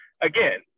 again